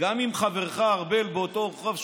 גם עם חברך ארבל באותו הרחוב,